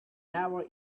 never